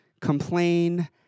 complain